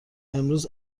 امروز